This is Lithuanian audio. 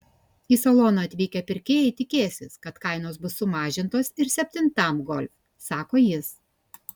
į saloną atvykę pirkėjai tikėsis kad kainos bus sumažintos ir septintam golf sako jis